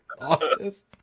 office